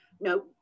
No